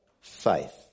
faith